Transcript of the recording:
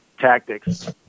tactics